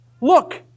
look